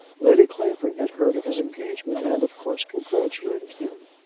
lady clavering had heard of his engagement, and of course congratulated him.